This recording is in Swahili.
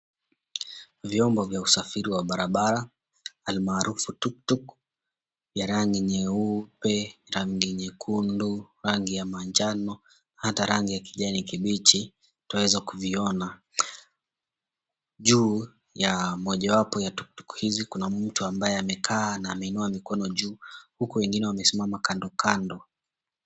Vyombo vya usafiri wa barabara almaarufu tuktuk ya rangi nyeupe, rangi nyekundu, rangi ya manjano hata rangi ya kijani kibichi, twaeza kuviona, juu ya mojawapo ya tuktuk hizi kuna mtu ambae amekaa na ameinua mikono juu huku wengine wamesimama kando kando.